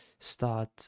start